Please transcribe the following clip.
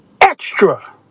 extra